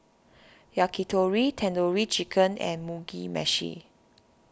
Yakitori Tandoori Chicken and Mugi Meshi